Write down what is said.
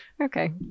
Okay